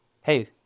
Hey